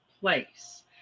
place